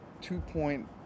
two-point